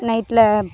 நைட்டில்